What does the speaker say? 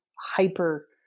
hyper